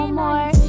more